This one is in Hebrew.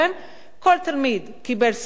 כל תלמיד קיבל ספר לימוד.